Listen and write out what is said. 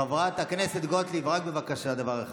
חברת הכנסת גוטליב, רק בבקשה דבר אחד,